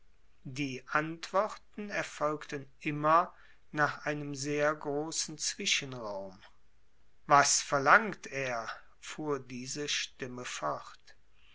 die antworten erfolgten immer nach einem sehr großen zwischenraum was verlangt er fuhr diese stimme fort